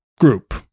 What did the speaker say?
group